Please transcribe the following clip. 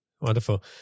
Wonderful